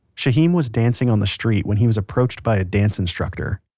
shaheem was dancing on the street when he was approached by a dance instructor.